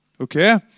okay